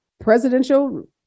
presidential